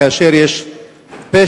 כאשר יש פשע,